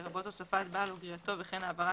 לרבות הוספת בעל או גריעתו וכן העברת